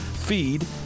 feed